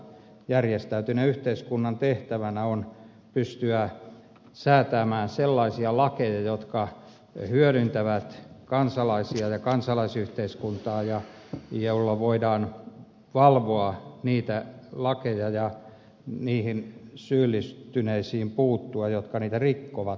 järjestäytyneen yhteiskunnan tehtävänä on pystyä säätämään sellaisia lakeja jotka hyödyttävät kansalaisia ja kansalaisyhteiskuntaa ja joilla voidaan valvoa niitä lakeja ja niihin syyllistyneisiin puuttua jotka niitä rikkovat